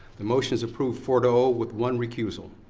the motion's approve four zero with one recusal.